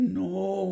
no